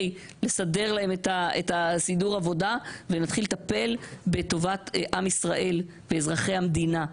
לסדר להם את סידור העבודה ונתחיל לטפל בטובת עם ישראל ואזרחי המדינה,